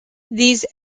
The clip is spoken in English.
these